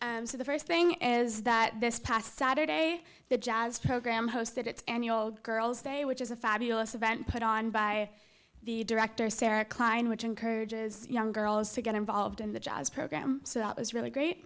so the first thing is that this past saturday the jobs program hosted its annual girls day which is a fabulous event put on by the director sarah kline which encourages young girls to get involved in the jobs program so it was really great